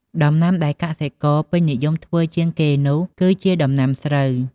ដំណាំដែលកសិករពេញនិយមធ្វើជាងគេនោះគឺជា ដំណាំស្រូវ។